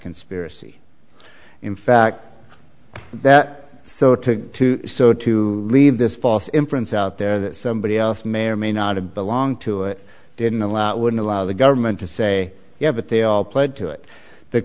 conspiracy in fact that so to so to leave this false inference out there that somebody else may or may not have belonged to it didn't allow it wouldn't allow the government to say yeah but they all pled to it the